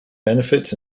benefits